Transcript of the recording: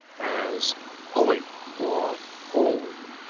as hully for wholly.